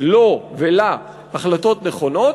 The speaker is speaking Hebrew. לו ולה החלטות נכונות,